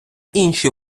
інші